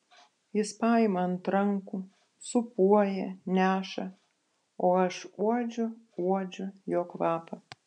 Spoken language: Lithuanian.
jis paima ant rankų sūpuoja neša o aš uodžiu uodžiu jo kvapą